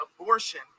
abortion